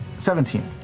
seventeen.